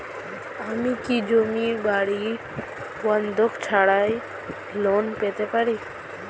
আমি কি জমি বাড়ি বন্ধক ছাড়াই লোন পেতে পারি?